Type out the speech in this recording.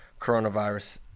coronavirus